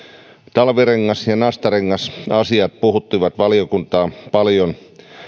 talvirengas ja nastarengasasiat puhuttivat valiokuntaa paljon